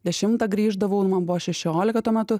dešimtą grįždavau ir man buvo šešiolika tuo metu